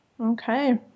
Okay